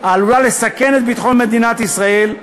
שעלולה לסכן את ביטחון מדינת ישראל,